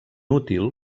útil